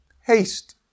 Haste